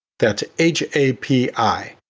that's h a p i,